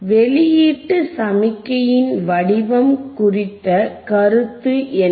வெளியீட்டு சமிக்ஞையின் வடிவம் குறித்த கருத்து என்ன